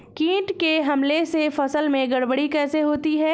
कीट के हमले से फसल में गड़बड़ी कैसे होती है?